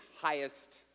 highest